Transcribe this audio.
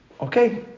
Okay